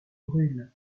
brûlent